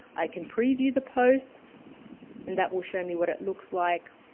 i can preview the post and that will show me what it looks like.